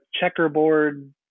checkerboard